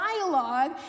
dialogue